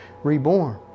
Reborn